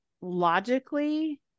logically